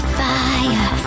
fire